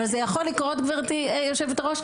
אבל זה יכול לקרות גברתי היו"ר,